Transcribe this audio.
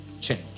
change